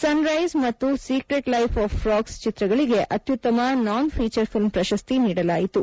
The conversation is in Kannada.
ಸನ್ರೈಸ್ ಮತ್ತು ಸಿಕ್ರೆಟ್ ಲೈಫ್ ಆಫ್ ಫ್ರಾಗ್ಸ್ ಚಿತ್ರಗಳಿಗೆ ಅತ್ಯುತ್ತಮ ನಾನ್ ಫೀಚರ್ ಫಿಲ್ಮ್ ಪ್ರಶಸ್ತಿ ನೀಡಲಾಯಿತು